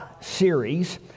series